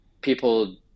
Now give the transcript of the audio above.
people